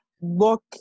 look